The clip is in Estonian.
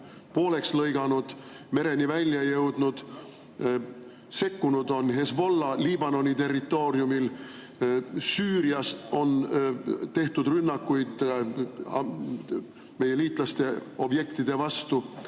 pooleks lõiganud, mereni välja jõudnud. Sekkunud on Hizbollah Liibanoni territooriumil. Süürias on tehtud rünnakuid meie liitlaste objektide vastu.